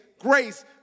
grace